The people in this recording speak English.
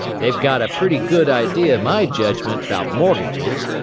they've got a pretty good idee o' my jedgment about mortgages.